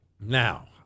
Now